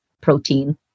protein